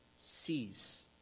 sees